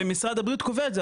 משרד הבריאות קובע את זה,